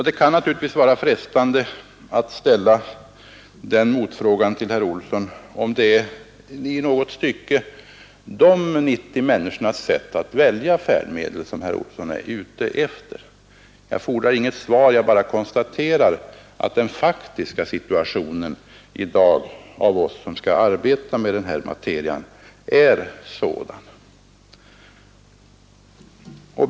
Det kan naturligtvis vara frestande att ställa den motfrågan till herr Olsson, om det i något stycke är de 90 människornas sätt att välja färdmedel som herr Olsson är ute efter. Jag fordrar inget svar, jag bara konstaterar att den faktiska situationen i dag är sådan för oss som skall arbeta med detta material.